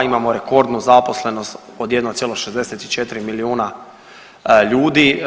Imamo rekordnu zaposlenost od 1,64 milijuna ljudi.